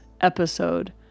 episode